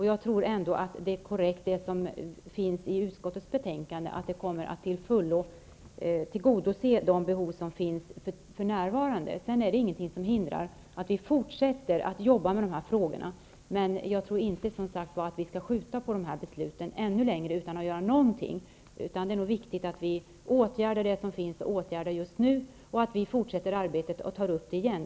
Jag tror ändå att det som sägs i utskottets betänkande är korrekt och att det till fullo kommer att tillgodose de behov som finns för närvarande. Sedan är det ingenting som hindrar att vi fortsätter att jobba med de här frågorna. Men jag tror inte att vi skall skjuta på det här beslutet ännu längre utan att göra någonting. Det är viktigt att vi åtgärdar det som finns att åtgärda just nu, att vi fortsätter arbetet och tar upp frågan igen.